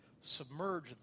submerge